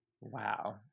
wow